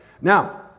Now